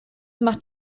macht